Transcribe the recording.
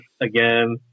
again